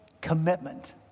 commitment